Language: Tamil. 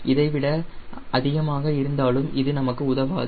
இதைவிட அதிகமாக இருந்தாலும் இது நமக்கு உதவாது